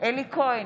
אלי כהן,